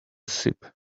sip